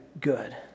good